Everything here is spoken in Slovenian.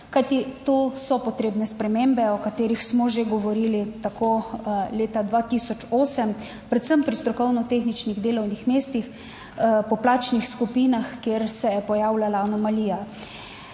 to so potrebne spremembe, o katerih smo že govorili tako leta 2008¸, predvsem pri strokovno-tehničnih delovnih mestih po plačnih skupinah, kjer se je pojavljala anomalija.